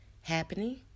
happening